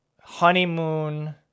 honeymoon